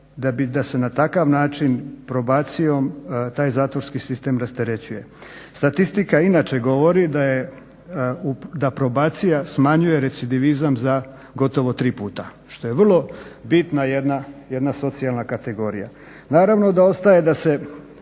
da se na takav način probacijom taj zatvorski sistem rasterećuje. Statistika inače govori da probacija smanjuje recidivizam za gotovo tri puta što je vrlo bitna jedna socijalna kategorija. Naravno da ostaje da se